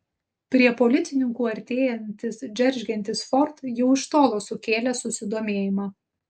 prie policininkų artėjantis džeržgiantis ford jau iš tolo sukėlė susidomėjimą